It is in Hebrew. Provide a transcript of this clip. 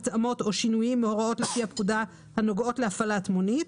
התאמות או שינויים מהוראות לפי הפקודה הנוגעות להפעלת מונית,